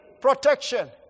protection